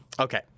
Okay